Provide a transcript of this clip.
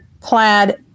plaid